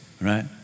Right